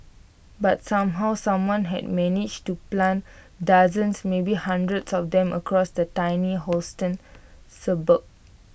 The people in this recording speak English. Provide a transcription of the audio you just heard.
but somehow someone had managed to plant dozens maybe hundreds of them across the tiny Houston suburb